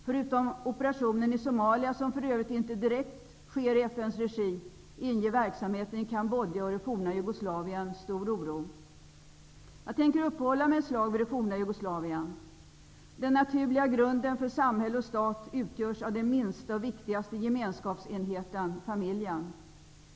Förutom operationen i Somalia, som för övrigt inte sker direkt i FN:s regi, inger verksamheten i Cambodja och det forna Jugoslavien stor oro. Jag tänker uppehålla mig ett slag vid det forna Jugoslavien. Den naturliga grunden för samhälle och stat utgörs av den minsta och viktigaste gemenskapsenheten, familjen.